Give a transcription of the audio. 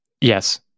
Yes